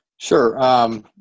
Sure